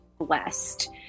blessed